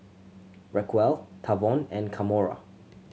Racquel Tavon and Kamora